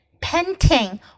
painting